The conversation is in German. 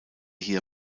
hier